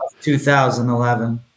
2011